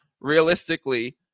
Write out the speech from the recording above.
realistically